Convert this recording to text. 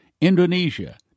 Indonesia